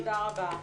תודה רבה.